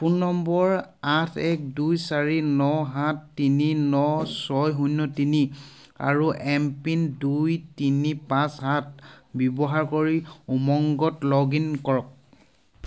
phone number আঠ এক দুই চাৰি ন সাত তিনি ন ছয় শূন্য তিনি আৰু এমপিন দুই তিনি পাঁচ সাত ব্যৱহাৰ কৰি উমংগত লগ ইন কৰক